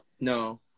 No